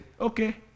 okay